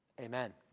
Amen